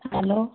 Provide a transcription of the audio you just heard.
hello